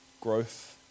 Growth